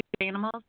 animals